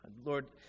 Lord